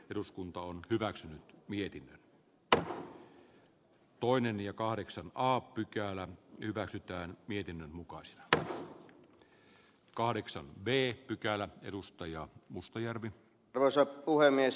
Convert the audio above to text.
eduskunta on hyväksynyt mietinnöt loinen ja kahdeksan aa pykälä hyväksytään niiden mukaan lähtö kahdeksan vee pykälä edustajaa mustajärvi arvoisa puhemies